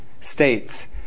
states